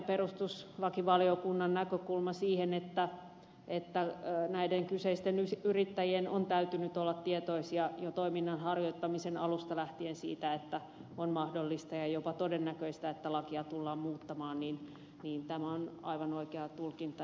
perustuslakivaliokunnan näkökulma että näiden kyseisten yrittäjien on täytynyt olla tietoisia jo toiminnan harjoittamisen alusta lähtien siitä että on mahdollista ja jopa todennäköistä että lakia tullaan muuttamaan on aivan oikea tulkinta